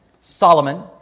Solomon